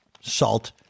salt